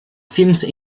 films